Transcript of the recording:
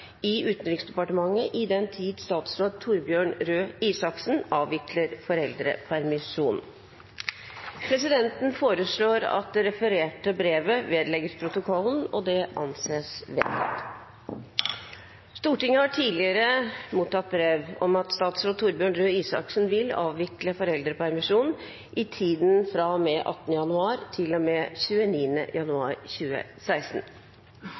i Utenriksdepartementet i den tid statsråd Torbjørn Røe Isaksen avvikler foreldrepermisjon.» Presidenten foreslår at det refererte brevet vedlegges protokollen. – Det anses vedtatt. Stortinget har tidligere mottatt brev om at statsråd Torbjørn Røe Isaksen vil avvikle foreldrepermisjon i tiden fra og med 18. januar til og med 29. januar 2016.